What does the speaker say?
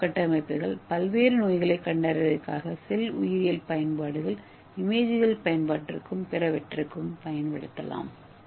நானோ கட்டமைப்புகள் பல்வேறு நோய்களைக் கண்டறிவதற்கான செல் உயிரியல் பயன்பாடுகள் இமேஜிங் பயன்பாட்டிற்கும் பிறவற்றிற்கும் பயன்படுத்தப்படலாம்